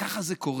וככה זה קורה.